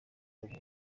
buhoro